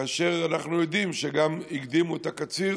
כאשר אנחנו יודעם שגם הקדימו את הקציר